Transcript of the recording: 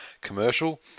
Commercial